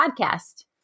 Podcast